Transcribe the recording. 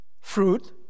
fruit